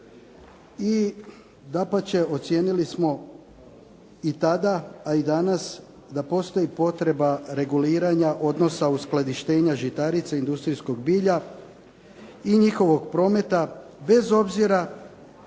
i dapače ocijenili smo i tada, a i danas da postoji potreba reguliranja odnosa uskladištenja žitarica industrijskog bilja i njihovog prometa bez obzira